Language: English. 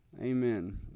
Amen